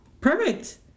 Perfect